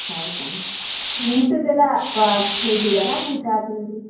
ಹೌದಾ ಊಟದ್ದೆಲ್ಲ ಪಾ ಇದಿಯಲ್ಲ ಊಟ ತಿಂಡಿ